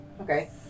Okay